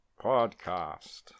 podcast